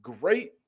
great